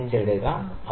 5 എടുക്കാൻ ശ്രമിക്കാം